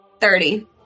Thirty